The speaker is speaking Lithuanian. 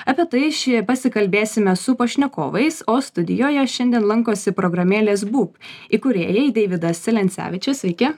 apie tai ši pasikalbėsime su pašnekovais o studijoje šiandien lankosi programėlės boop įkūrėjai deividas celencevičius sveiki